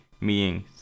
meaning